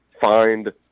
find